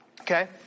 okay